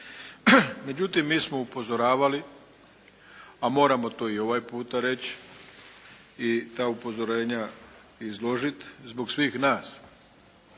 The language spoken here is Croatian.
Međutim, mi smo upozoravali a moramo to i ovaj puta reći i ta upozorenja izložiti zbog svih nas.